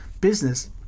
business